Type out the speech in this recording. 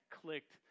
clicked